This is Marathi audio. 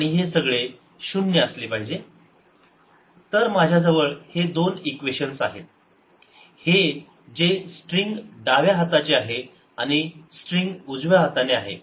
1≅tan 1yI∂x 2≅tan 2 yT∂x Net forceTyT∂x yI∂xT 1v2yT∂t1v1yT∂t तर माझ्याजवळ हे दोन इक्वेशन्स आहेत हे जे स्ट्रिंग डाव्या हाताचे आहे आणि स्ट्रिंग उजव्या हाताने आहे